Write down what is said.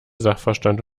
sachverstand